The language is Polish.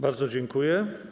Bardzo dziękuję.